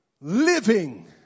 living